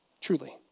Truly